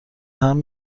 طعم